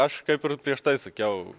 aš kaip ir prieš tai sakiau